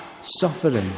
suffering